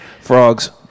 frogs